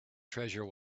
treasure